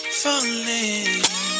falling